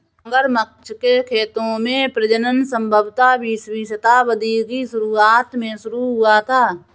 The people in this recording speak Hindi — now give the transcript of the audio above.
मगरमच्छ के खेतों में प्रजनन संभवतः बीसवीं शताब्दी की शुरुआत में शुरू हुआ था